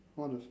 what is